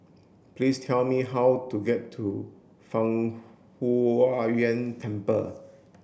please tell me how to get to Fang Huo Yuan Temple